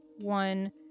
one